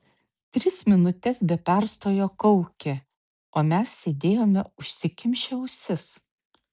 tris minutes be perstojo kaukė o mes sėdėjome užsikimšę ausis